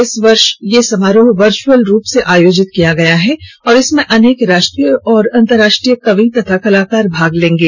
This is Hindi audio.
इस वर्ष यह समारोह वर्चुअल रूप से आयोजित किया गया है और इसमें अनेक राष्ट्रीय और अंतर्राष्ट्रीय कवि और कलाकार भाग लेंगे